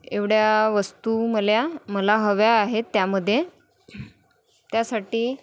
एवढ्या वस्तू मला मला हव्या आहेत त्यामध्ये त्यासाठी